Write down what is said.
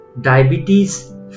Diabetes